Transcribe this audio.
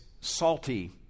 salty